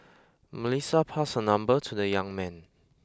Melissa passed her number to the young man